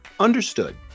understood